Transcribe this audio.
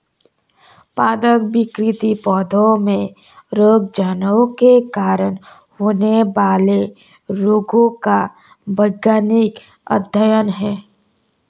पादप विकृति पौधों में रोगजनकों के कारण होने वाले रोगों का वैज्ञानिक अध्ययन है